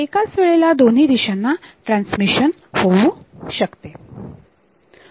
एकाच वेळेला दोन्ही दिशांना ट्रान्समिशन होऊ शकते